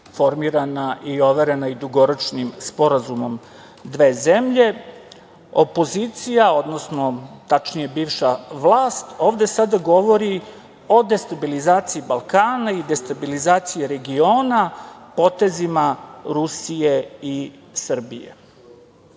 formirana i overena i dugoročnim sporazumom dve zemlje, opozicija, odnosno tačnije bivša vlast ovde sada govori o destabilizaciji Balkana i destabilizaciji regiona potezima Rusije i Srbije. Kada